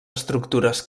estructures